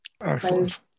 Excellent